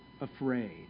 afraid